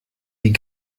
die